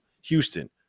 Houston